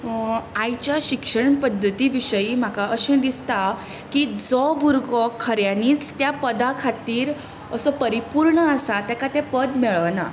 आयच्या शिक्षण पद्दती विशीं म्हाका अशें दिसता की जो भुरगो खऱ्यानीच त्या पदा खातीर असो परिपूर्ण आसा ताका तें पद मेळना